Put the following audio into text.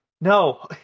no